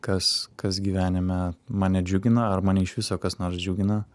kas kas gyvenime mane džiugina ar mane iš viso kas nors džiugina